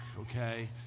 okay